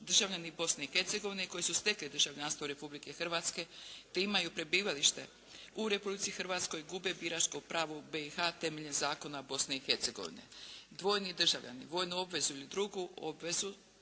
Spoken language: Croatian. Državljani Bosne i Hercegovine koji su stekli državljanstvo Republike Hrvatske te imaju prebivalište u Republici Hrvatskoj gube biračko pravo u BiH temeljem zakona Bosne i Hercegovine. Dvojni državljani vojnu obvezu ili drugu obveznu